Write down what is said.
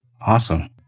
Awesome